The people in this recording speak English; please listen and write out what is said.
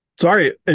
sorry